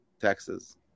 taxes